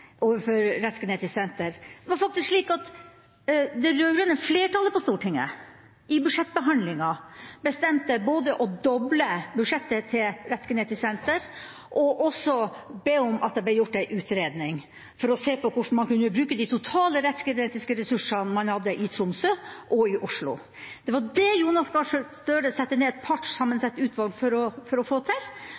overfor Rettsgenetisk senter. Det var faktisk slik at det rød-grønne flertallet på Stortinget i budsjettbehandlinga bestemte både å doble budsjettet til Rettsgenetisk senter og å be om at det ble gjort en utredning for å se på hvordan man kunne bruke de totale rettsgenetiske ressursene man hadde i Tromsø og i Oslo. Det var det Jonas Gahr Støre satte ned et partssammensatt utvalg for å få til,